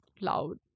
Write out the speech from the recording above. loud